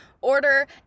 order